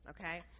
okay